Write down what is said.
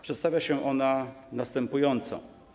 Przedstawia się to następująco.